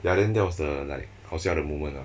ya then that was the like 好笑的 moment uh